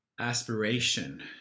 aspiration